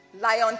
lion